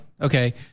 Okay